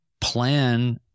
plan